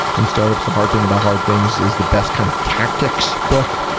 and startup is the hard thing about hard things is the best kind of tactics book,